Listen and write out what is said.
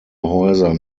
häuser